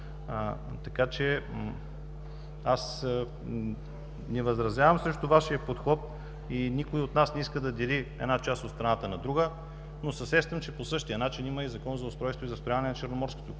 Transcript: община. Аз не възразявам срещу Вашия подход и никой от нас не иска да дели една част от страната на друга, но се сещам, че по същия начин има и Закон за устройството и застрояването на Черноморското